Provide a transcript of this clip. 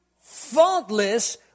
faultless